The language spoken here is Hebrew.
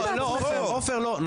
עופר לא,